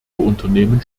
unternehmen